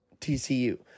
TCU